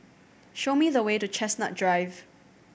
show me the way to Chestnut Drive